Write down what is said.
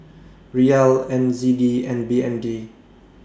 Riyal N Z D and B N D